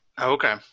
Okay